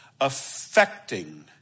affecting